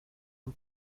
han